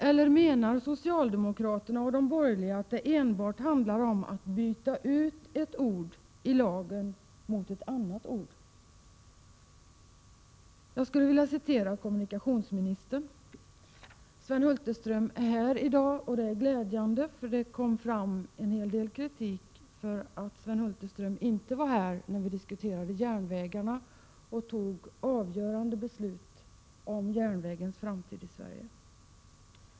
Eller menar socialdemokraterna och de borgerliga att det enbart handlar om att byta ut ett ord i lagen mot ett annat? Kommunikationsministern är här i dag, vilket är glädjande, eftersom det kom fram en hel del kritik för att han inte var här när vi diskuterade järnvägarna och fattade avgörande beslut om järnvägarnas framtid i Sverige.